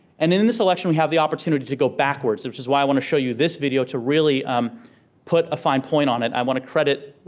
and in in this election we have the opportunity to go backwards which is why i want to show you this video to really um put a fine point on it. i want to credit,